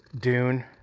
Dune